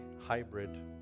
hybrid